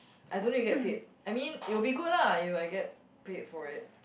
I don't need to get paid I mean it would be good lah if I get paid for it